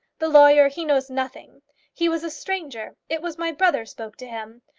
the lawyer he knows nothing he was a stranger. it was my brother spoke to him.